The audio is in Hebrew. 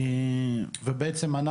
בעצם,